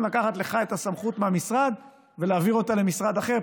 לקחת לך את הסמכות מהמשרד ולהעביר אותה למשרד אחר.